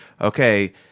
okay